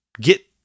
get